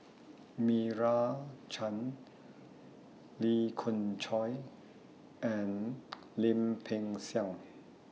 Meira Chand Lee Khoon Choy and Lim Peng Siang